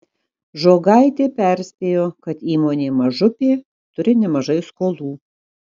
žogaitė perspėjo kad įmonė mažupė turi nemažai skolų